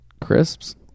Crisps